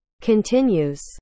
Continues